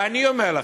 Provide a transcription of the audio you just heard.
ואני אומר לכם,